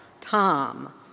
Tom